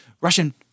Russian –